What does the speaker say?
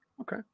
Okay